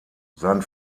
sein